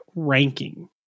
ranking